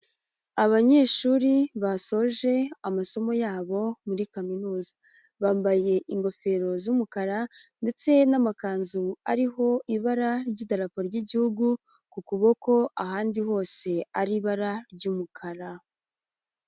Abanyeshuri basoje amasomo yabo muri Kaminuza bambaye ingofero z'umukara ndetse n'amakanzu ariho ibara ry'idarako ry'Igihugu ku kuboko, ahandi hose ari ibara ry'umukara.